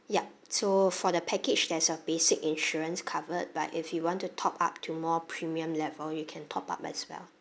yup so for the package there's a basic insurance covered but if you want to top up to more premium level you can top up as well